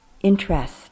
Interest